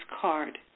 card